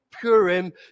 Purim